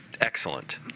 Excellent